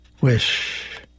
wish